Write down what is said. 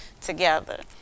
together